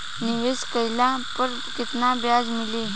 निवेश काइला पर कितना ब्याज मिली?